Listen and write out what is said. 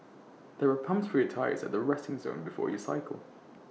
there are pumps for your tyres at the resting zone before you cycle